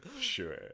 Sure